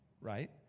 right